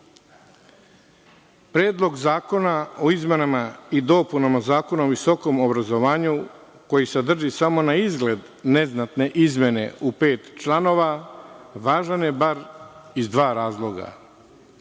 kratak. Predlog zakona o izmenama i dopunama Zakona o visokom obrazovanju, koji sadrži samo na izgled neznatne izmene u pet članova, važan je bar iz dva razloga.